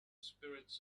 spirits